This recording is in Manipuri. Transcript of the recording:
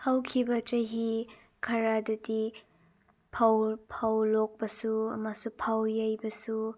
ꯍꯧꯈꯤꯕ ꯆꯍꯤ ꯈꯔꯗꯗꯤ ꯐꯧ ꯐꯧ ꯂꯣꯛꯄꯁꯨ ꯑꯃꯁꯨꯡ ꯐꯧ ꯌꯩꯕꯁꯨ